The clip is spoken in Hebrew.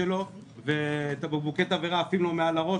שלו ובקבוקי תבערה עפים לו מעל הראש,